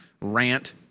rant